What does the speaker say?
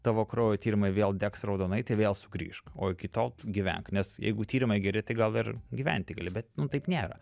tavo kraujo tyrimai vėl degs raudonai tai vėl sugrįžk o iki tol gyvenk nes jeigu tyrimai geri tai gal ir gyventi gali bet nu taip nėra